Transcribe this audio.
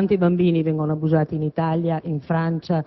con la Bielorussia, che, ricordo, è uno Stato sovrano. Di tanti bambini si abusa in Italia, in Francia,